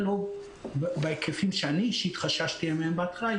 לא בהיקפים שאני אישית חששתי מהם בהתחלה.